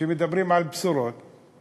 כשמדברים על בשורות,